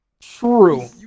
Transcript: True